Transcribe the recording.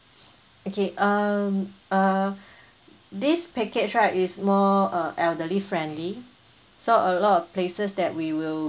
okay um uh this package right is more uh elderly friendly so a lot of places that we will